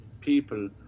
people